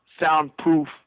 soundproof